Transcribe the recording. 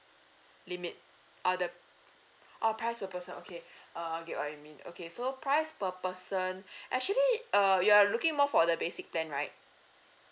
limit uh the oh price per person okay err I get what you mean okay so price per person actually uh you are looking more for the basic plan right